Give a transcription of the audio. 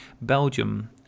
Belgium